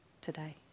today